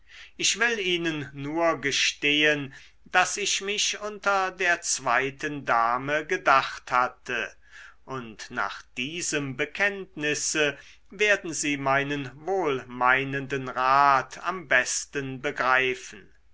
ich will ihnen nur gestehen daß ich mich unter der zweiten dame gedacht hatte und nach diesem bekenntnisse werden sie meinen wohlmeinenden rat am besten begreifen